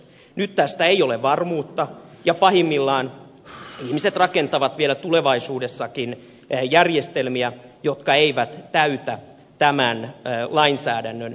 nyt tästä ei ole varmuutta ja pahimmillaan ihmiset rakentavat vielä tulevaisuudessakin järjestelmiä jotka eivät täytä tämän lainsäädännön velvoitteita